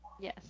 yes